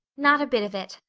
not a bit of it.